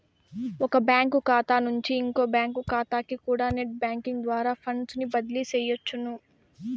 ఒక బ్యాంకు కాతా నుంచి ఇంకో బ్యాంకు కాతాకికూడా నెట్ బ్యేంకింగ్ ద్వారా ఫండ్సుని బదిలీ సెయ్యొచ్చును